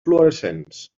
fluorescents